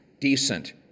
decent